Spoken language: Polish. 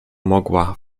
mogła